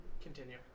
continue